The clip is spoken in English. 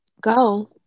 go